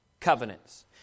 covenants